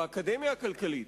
באקדמיה הכלכלית,